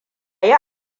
yi